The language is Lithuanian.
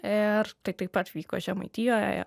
ir tai taip pat vyko žemaitijoje